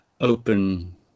open